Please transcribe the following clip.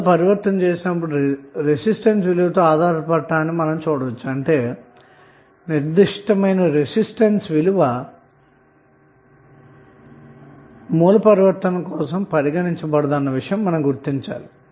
అయితే source transformation చేయునప్పుడు resistance విలువ పరిగణించబడదు అన్న విషయం గుర్తించుకోవాలి